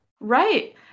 Right